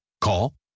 Call